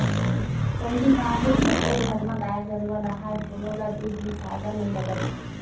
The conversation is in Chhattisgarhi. पहिली गाँव के सब्बो घर म गाय गरूवा राहय कोनो ल दूद बिसाए बर नइ लगत रिहिस